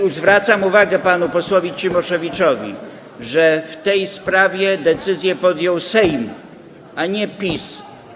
I zwracam uwagę panu posłowi Cimoszewiczowi, że w tej sprawie decyzję podjął Sejm, a nie PiS.